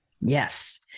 Yes